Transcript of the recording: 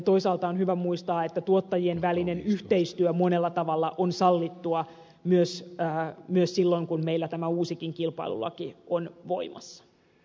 toisaalta on hyvä muistaa että tuottajien yhteistyö monella tavalla on sallittua myös silloin kun meillä tämä uusikin kilpailulaki on voimassa